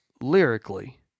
lyrically